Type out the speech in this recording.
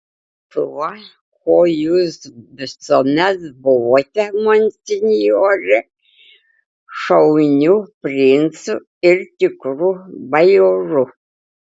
tuo kuo jūs visuomet buvote monsinjore šauniu princu ir tikru bajoru